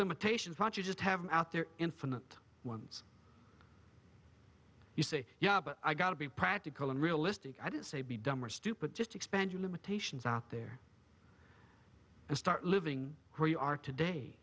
limitations what you just have out there infinite ones you say yeah but i got to be practical and realistic i didn't say be dumb or stupid just expand your limitations out there and start living where you are today